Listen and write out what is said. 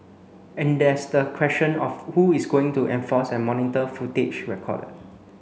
and there's the question of who is going to enforce and monitor footage recorded